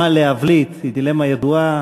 מה להבליט, היא דילמה ידועה.